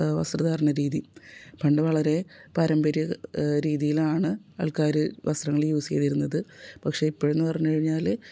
വസ്ത്രധാരണ രീതി പണ്ട് വളരെ പാരമ്പര്യ രീതീലാണ് ആൾക്കാർ വസ്ത്രങ്ങൾ യൂസ് ചെയ്തിരുന്നത് പക്ഷേ ഇപ്പഴെന്ന് പറഞ്ഞ് കഴിഞ്ഞാൽ